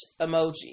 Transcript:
emoji